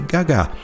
Gaga